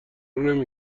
نمی